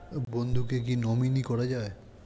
বন্ধুকে কী নমিনি করা যায়?